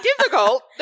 difficult